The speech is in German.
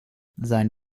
sein